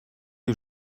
les